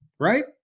right